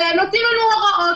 ועוד נותנים לנו הוראות.